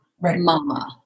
mama